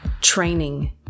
training